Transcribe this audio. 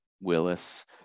Willis